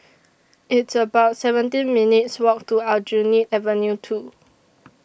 It's about seventeen minutes' Walk to Aljunied Avenue two